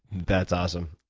that's awesome.